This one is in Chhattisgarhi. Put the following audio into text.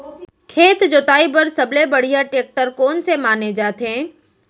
खेत जोताई बर सबले बढ़िया टेकटर कोन से माने जाथे?